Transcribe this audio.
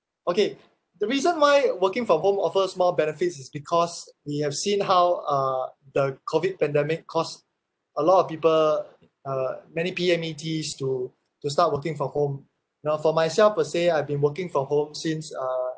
okay the reason why working from home offers more benefits is because we have seen how uh the COVID pandemic costs a lot of people uh many P_M_E_Ts to to start working from home well for myself per se I've been working from home since uh